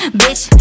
bitch